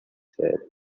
said